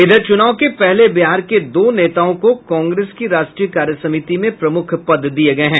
इधर च्रनाव के पहले बिहार के दो नेताओं को कांग्रेस की राष्ट्रीय कार्यसमिति में प्रमुख पद दिये गये हैं